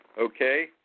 Okay